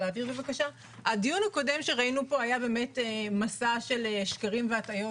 בדיון הקודם היה באמת מסע של שקרים והטעיות,